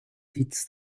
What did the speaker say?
sitz